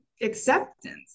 acceptance